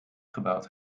gebouwd